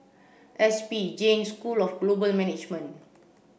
S P Jain School of Global Management